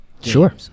Sure